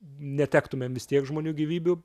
netektumėm vis tiek žmonių gyvybių